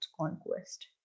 conquest